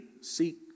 seek